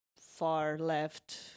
far-left